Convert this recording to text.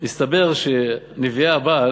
הסתבר שנביאי הבעל,